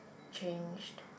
changed